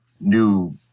new